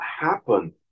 happen